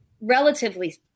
relatively